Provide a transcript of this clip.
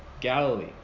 Galilee